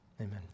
Amen